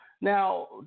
Now